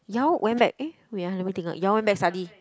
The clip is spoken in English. ya went back eh wait ah let me think ah ya went back study